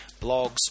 blogs